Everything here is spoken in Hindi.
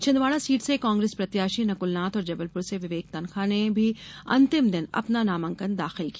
छिन्दवाड़ा सीट से कांग्रेस प्रत्याशी नक्लनाथ और जबलपुर से विवेक तन्खा ने भी अंतिम दिन अपना नामांकन दाखिल किया